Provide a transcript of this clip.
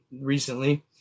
recently